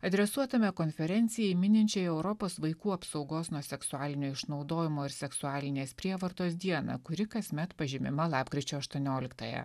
adresuotame konferencijai mininčiai europos vaikų apsaugos nuo seksualinio išnaudojimo ir seksualinės prievartos dieną kuri kasmet pažymima lapkričio aštuonioliktąją